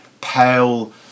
pale